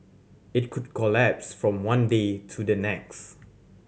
it could collapse from one day to the next